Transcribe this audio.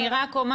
אני רק אומר